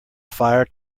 fire